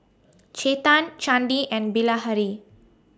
Chetan Chandi and Bilahari